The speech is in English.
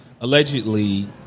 Allegedly